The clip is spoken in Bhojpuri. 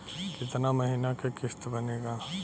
कितना महीना के किस्त बनेगा?